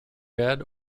bed